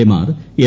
A മാർ M